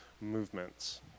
movements